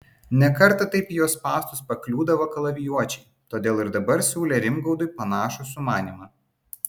ne kartą taip į jo spąstus pakliūdavo kalavijuočiai todėl ir dabar siūlė rimgaudui panašų sumanymą